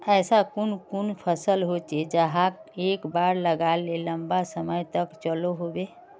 ऐसा कुन कुन फसल होचे जहाक एक बार लगाले लंबा समय तक चलो होबे?